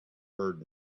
heard